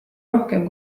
rohkem